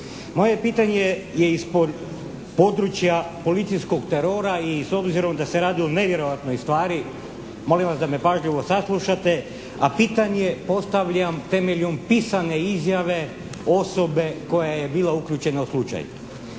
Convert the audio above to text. Moje pitanje je iz područja policijskog terora i s obzirom da se radi o nevjerojatnoj stvari molim vas da me pažljivo saslušate a pitanje postavljam temeljem pisane izjave osobe koja je bila uključena u slučaj.